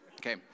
okay